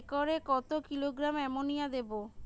একরে কত kilogram ammonia দেবো?